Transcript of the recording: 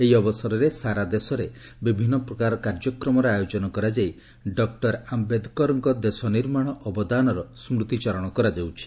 ଏହି ଅବସରରେ ସାରା ଦେଶରେ ବିଭିନ୍ନ କାର୍ଯ୍ୟକ୍ରମର ଆୟୋଜନ କରାଯାଇ ଡକ୍ଟର ଆୟେଦକରଙ୍କ ଦେଶ ନିର୍ମାଣ ଅବଦାନର ସ୍କୁତିଚାରଣ କରାଯାଉଛି